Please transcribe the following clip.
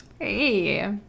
hey